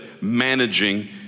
managing